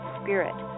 spirit